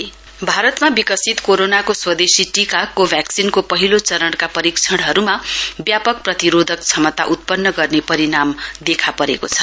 Covaxin भारतमा विकसित कोरोनाको स्वदेशी टीकाको कोभ्याक्सिनको पहिलो चरणका परीक्षणहरूमा व्यापक प्रतिरोधक क्षमताका उत्पन्न गर्न परिणाम देखा परेको छ